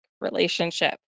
relationship